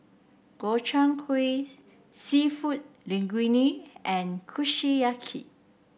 Gobchang Gui seafood Linguine and Kushiyaki